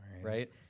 right